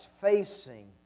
facing